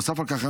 נוסף על כך,